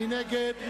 מי נגד?